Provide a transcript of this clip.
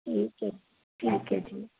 ਠੀਕ ਹੈ ਜੀ ਠੀਕ ਹੈ ਜੀ